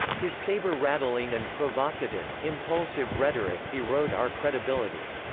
his saber-rattling and provocative, impulsive rhetoric erode our credibility.